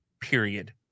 period